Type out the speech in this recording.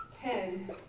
pen